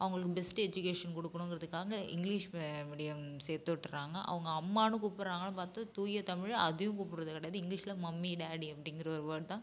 அவங்களுக்கு best education கொடுக்குணுங்கறதுக்காக English மே மீடியம் சேர்த்து விட்டுர்றாங்க அவங்க அம்மான்னு கூப்பிட்றாங்களா பார்த்து தூய தமிழில் அதையும் கூப்பிட்றது கிடையாது இங்க்லீஷில் மம்மி டாடி அப்டிங்கிற ஒரு வோர்ட் தான்